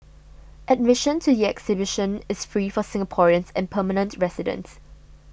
admission to the exhibition is free for Singaporeans and permanent residents